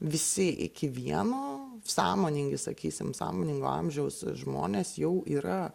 visi iki vieno sąmoningi sakysim sąmoningo amžiaus žmonės jau yra